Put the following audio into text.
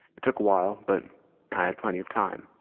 it took awhile, but i had plenty of time.